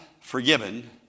forgiven